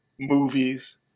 movies